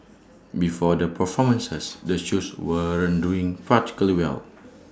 before the performances the shoes weren't doing particularly well